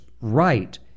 right